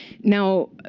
now